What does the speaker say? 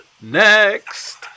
next